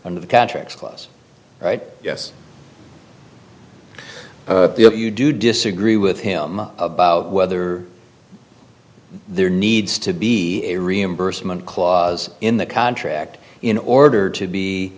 under the catch right yes you do disagree with him about whether there needs to be a reimbursement clause in the contract in order to be